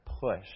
push